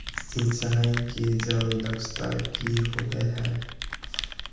सिंचाई के जल दक्षता कि होवय हैय?